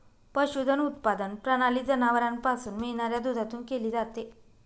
पशुधन उत्पादन प्रणाली जनावरांपासून मिळणाऱ्या दुधातून केली जाते